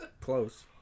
Close